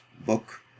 book